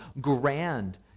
grand